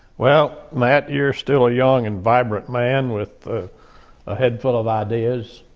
well, matt, you're still a young and vibrant man with a head full of ideas.